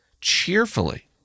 cheerfully